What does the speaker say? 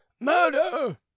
murder